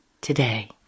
today